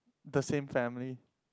the same family